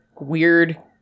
weird